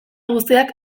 guztiak